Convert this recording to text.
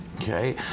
Okay